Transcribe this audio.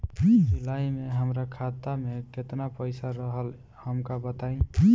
जुलाई में हमरा खाता में केतना पईसा रहल हमका बताई?